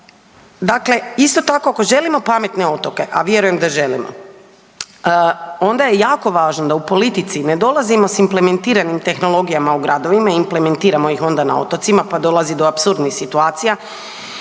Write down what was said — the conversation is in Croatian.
Dakle, isto tako, ako želimo pametne otoke, a vjerujem da želimo, onda je jako važno da u politici ne dolazimo s implementiranim tehnologijama u gradovima i implementiramo ih onda na otocima pa dolazi do apsurdnih situacija,